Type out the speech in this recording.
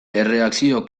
erreakzio